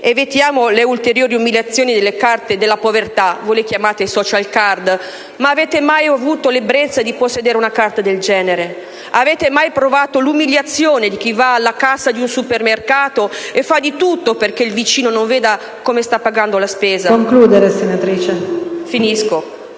Evitiamo le ulteriori umiliazioni delle carte di povertà (voi le chiamate *social card*)*.* Avete mai avuto l'ebbrezza di possedere una carta del genere? Avete mai provato l'umiliazione di chi va alla cassa di un supermercato e fa di tutto perché il vicino non veda come sta pagando la spesa? Reddito